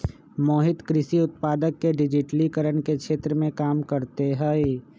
मोहित कृषि उत्पादक के डिजिटिकरण के क्षेत्र में काम करते हई